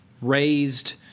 raised